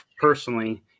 personally